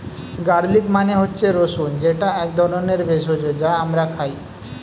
garlic মানে হচ্ছে রসুন যেটা এক ধরনের ভেষজ যা আমরা খাই